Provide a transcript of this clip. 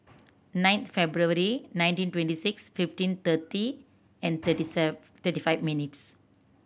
nine February nineteen twenty six fifteen thirty and thirty save thirty five minutes